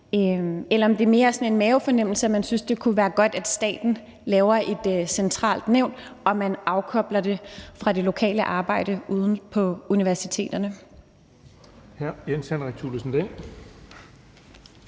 Eller er det mere ud fra sådan en mavefornemmelse, at man synes, det kunne være godt, at staten lavede et centralt nævn, og at man afkoblede det fra det lokale arbejde ude på universiteterne?